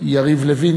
יריב לוין,